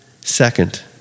Second